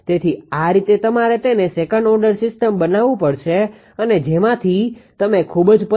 તેથી આ રીતે તમારે તેને સેકન્ડ ઓર્ડર સીસ્ટમ બનાવવું પડશે અને જેનાથી તમે ખુબ જ પરિચિત છો